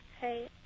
Hey